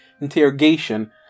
interrogation